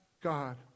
God